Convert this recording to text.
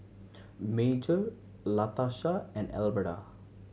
Major Latasha and Alberta